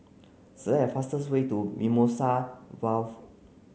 select a fastest way to Mimosa Vale